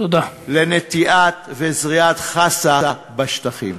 לנטיעת וזריעת חסה בשטחים.